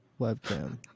webcam